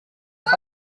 auf